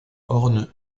ornent